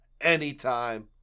Anytime